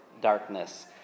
darkness